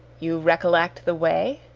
you recollect the way?